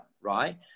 right